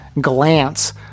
glance